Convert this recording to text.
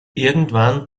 irgendwann